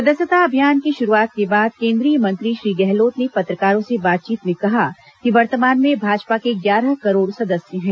सदस्यता अभियान की शुरूआत के बाद केंद्रीय मंत्री श्री गहलोत ने पत्रकारों से बातचीत में कहा कि वर्तमान में भाजपा के ग्यारह करोड़ सदस्य हैं